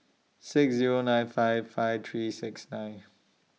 six Zero nine five five three six nine